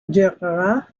durera